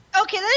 Okay